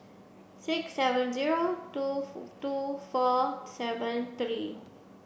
six seven zero two two four seven three